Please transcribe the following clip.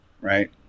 right